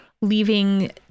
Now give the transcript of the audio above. leaving